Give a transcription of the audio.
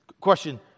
Question